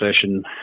session